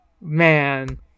man